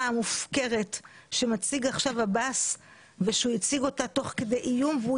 המופקרת שמציג עכשיו עבאס ושהיא הציג אותה תוך כדי איום והוא